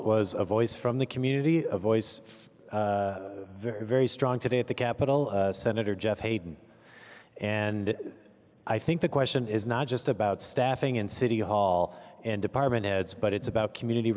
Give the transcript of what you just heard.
was a voice from the community of voice very very strong today at the capitol senator jeff haden and i think the question is not just about staffing in city hall and department heads but it's about community